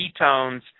ketones